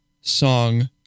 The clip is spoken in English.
song